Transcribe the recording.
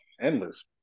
endless